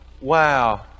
Wow